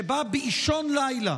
שבה באישון לילה